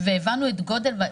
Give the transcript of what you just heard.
והיא לא מצליחה לקבל.